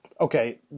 Okay